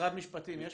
משרד משפטים יש פה?